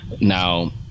now